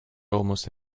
almost